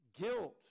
guilt